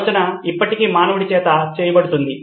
ఆలోచన ఇప్పటికీ మానవుడి చేత చేయబడుతుంది